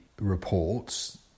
reports